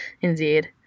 Indeed